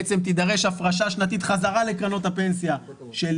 בעצם תידרש הפרשה שנתית חזרה לקרנות הפנסיה של